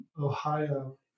Ohio